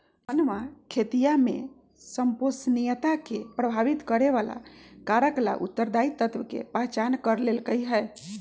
रोहनवा खेतीया में संपोषणीयता के प्रभावित करे वाला कारक ला उत्तरदायी तत्व के पहचान कर लेल कई है